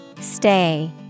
Stay